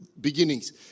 beginnings